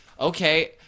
okay